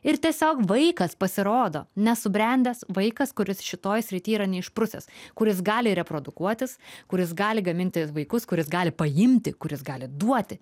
ir tiesiog vaikas pasirodo nesubrendęs vaikas kuris šitoj srity yra neišprusęs kuris gali reprodukuotis kuris gali gaminti vaikus kuris gali paimti kuris gali duoti